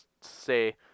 say